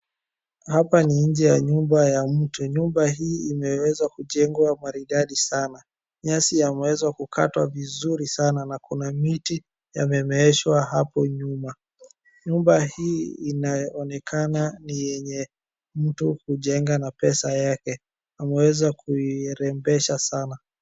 Hapa ni nje ya nyumba ya mtu. Nyumba hii imeweza kujengwa maridadi sana. Nyasi yameweza kukatwa vizuri sana na kuna miti yamemeeshwa hapo nyuma. Nyumba hii inaonekana ni yenye mtu hujenga na pesa yake. Ameweza kuirembesha sana.